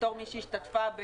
כמי שהשתתפה,